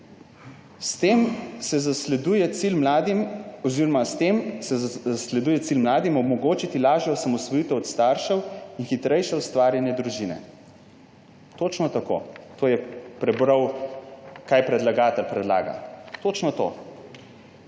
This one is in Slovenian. »S tem se zasleduje cilj mladim omogočiti lažjo osamosvojitev od staršev in hitrejše ustvarjanje družine.« Točno tako. To je prebral, kar predlagatelj predlaga. Točno to.